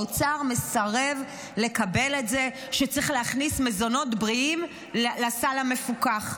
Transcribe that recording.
האוצר מסרב לקבל את זה שצריך להכניס מזונות בריאים לסל המפוקח.